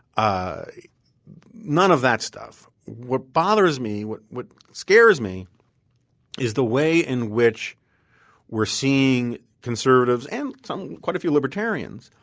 none of that stuff. what bothers me, what what scares me is the way in which we're seeing conservatives and some quite a few libertarians